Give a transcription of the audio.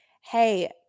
Hey